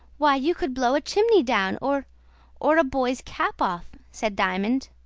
why, you could blow a chimney down, or or a boy's cap off, said diamond.